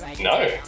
No